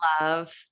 love